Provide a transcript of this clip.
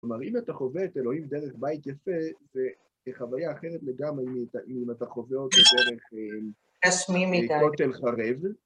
כלומר, אם אתה חווה את אלוהים דרך בית יפה, זו חוויה אחרת לגמרי מאם אתה חווה אותו דרך כותל חרב.